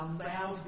allows